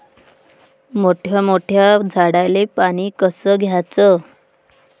मोठ्या मोठ्या झाडांले पानी कस द्याचं?